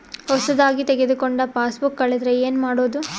ಹೊಸದಾಗಿ ತೆಗೆದುಕೊಂಡ ಪಾಸ್ಬುಕ್ ಕಳೆದರೆ ಏನು ಮಾಡೋದು?